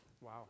Wow